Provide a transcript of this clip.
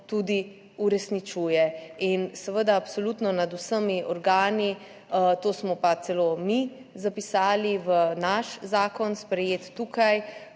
tudi uresničuje. In absolutno nad vsemi organi, to smo pa celo mi zapisali v naš zakon, sprejet tukaj,